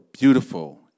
beautiful